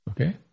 Okay